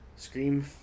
Scream